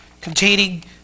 containing